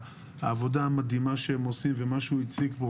והעבודה המדהימה שהם עושים ומה שהוא הציג פה,